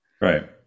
right